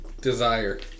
desire